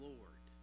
Lord